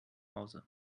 hause